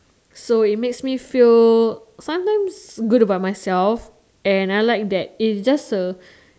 so it makes me feel sometimes good about myself and I like that it's just a